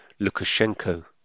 Lukashenko